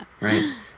Right